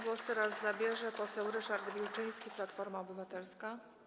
Głos teraz zabierze poseł Ryszard Wilczyński, Platforma Obywatelska.